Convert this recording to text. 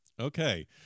Okay